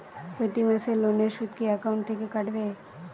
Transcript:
প্রতি মাসে লোনের সুদ কি একাউন্ট থেকে কাটবে?